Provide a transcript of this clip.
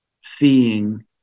seeing